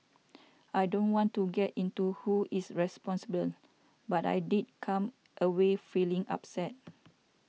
I don't want to get into who is responsible but I did come away feeling upset